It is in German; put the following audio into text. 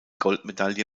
goldmedaille